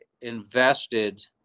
invested